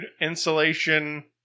insulation